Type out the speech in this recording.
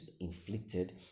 inflicted